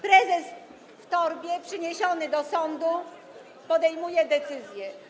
Prezes w torbie przyniesiony do sądu podejmuje decyzje.